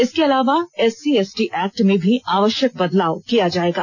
इसके अलावा SC ST act में भी आवश्यक बदलाव किया जायेगा